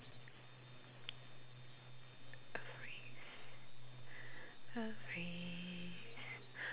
a phrase a phrase